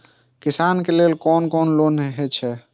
किसान के लेल कोन कोन लोन हे छे?